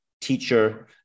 teacher